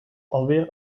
alweer